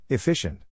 Efficient